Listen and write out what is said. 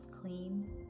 clean